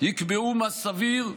יקבעו מה סביר,